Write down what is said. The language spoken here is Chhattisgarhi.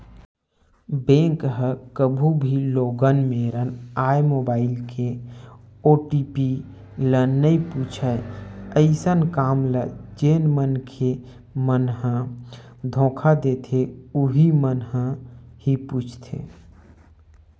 बेंक ह कभू भी लोगन मेरन आए मोबाईल के ओ.टी.पी ल नइ पूछय अइसन काम ल जेन मनखे मन ह धोखा देथे उहीं मन ह ही पूछथे